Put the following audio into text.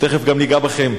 ותיכף גם ניגע בכם,